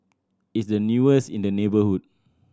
it's the newest in the neighbourhood